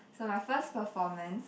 so my first performance